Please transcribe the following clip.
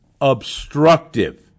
obstructive